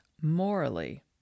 morally